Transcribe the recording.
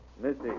Missy